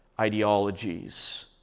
ideologies